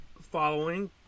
Following